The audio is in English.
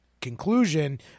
conclusion